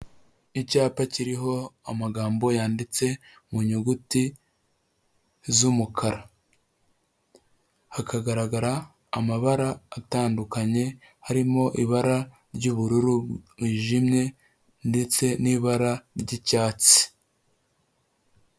Icyapa kiriho amagambo yanditse mu nyuguti z'umukara, hakagaragara amabara atandukanye harimo ibara ry'ubururu bwijimye, ndetse n'ibara ry'icyatsi.